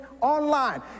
online